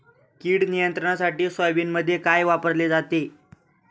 कीड नियंत्रणासाठी सोयाबीनमध्ये काय वापरले जाते?